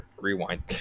rewind